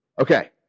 Okay